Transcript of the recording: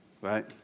right